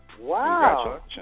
Wow